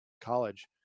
college